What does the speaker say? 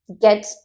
get